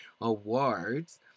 Awards